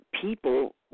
people